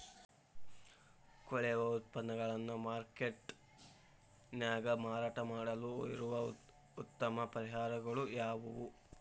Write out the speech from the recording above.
ಕೊಳೆವ ಉತ್ಪನ್ನಗಳನ್ನ ಮಾರ್ಕೇಟ್ ನ್ಯಾಗ ಮಾರಾಟ ಮಾಡಲು ಇರುವ ಉತ್ತಮ ಪರಿಹಾರಗಳು ಯಾವವು?